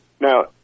Now